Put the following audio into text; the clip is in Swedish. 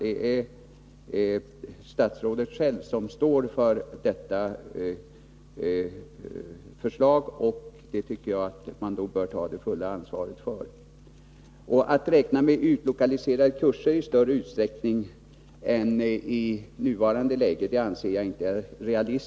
Det är statsrådet själv som står för detta förslag, och det bör hon ta det fulla ansvaret för. Det är inte realistiskt att räkna med utlokaliserade kurser i större utsträckning än i nuvarande läge.